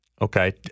Okay